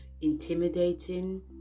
intimidating